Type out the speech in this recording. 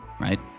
Right